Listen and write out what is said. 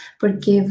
porque